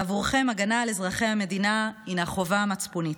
בעבורכם ההגנה על אזרחי המדינה היא חובה מצפונית.